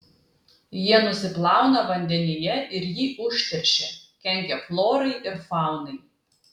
jie nusiplauna vandenyje ir jį užteršia kenkia florai ir faunai